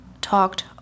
talked